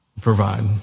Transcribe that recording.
provide